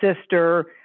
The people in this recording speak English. sister